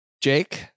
Jake